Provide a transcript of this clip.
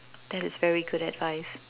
that is very good advice